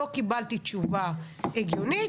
ולא קיבלתי תשובה הגיונית,